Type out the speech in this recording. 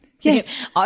Yes